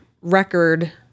record